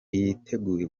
yiteguye